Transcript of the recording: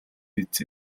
биз